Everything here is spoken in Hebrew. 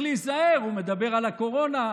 ואני מכירה את זה מקרוב,